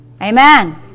Amen